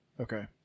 Okay